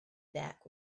back